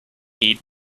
heed